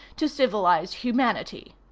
to, civilize, humanity.